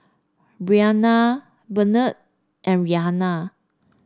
Briana Benard and Rhianna